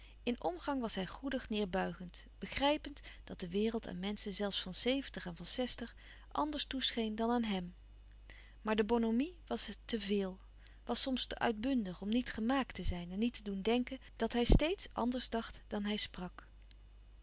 in omgang was hij goedig neêrbuigend begrijpend dat de wereld aan menschen zelfs van zeventig en van zestig anders toescheen dan aan hem maar de bonhomie was tè veel was soms te uitbundig om niet gemaakt te zijn en niet te doen denken dat hij steeds anders dacht dan hij sprak